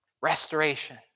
Restoration